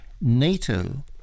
nato